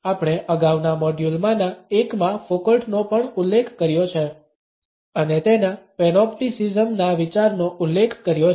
આપણે અગાઉના મોડ્યુલમાંના એકમાં ફોકોલ્ટનો પણ ઉલ્લેખ કર્યો છે અને તેના પેનોપ્ટીસિઝમ ના વિચારનો ઉલ્લેખ કર્યો છે